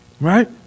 right